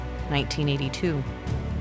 1982